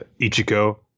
Ichiko